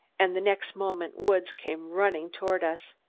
and the next moment woods came running toward us.